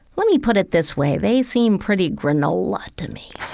let me put it this way, they seem pretty granola to me.